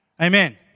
Amen